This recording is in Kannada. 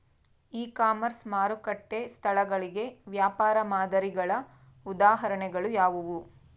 ಇ ಕಾಮರ್ಸ್ ಮಾರುಕಟ್ಟೆ ಸ್ಥಳಗಳಿಗೆ ವ್ಯಾಪಾರ ಮಾದರಿಗಳ ಉದಾಹರಣೆಗಳು ಯಾವುವು?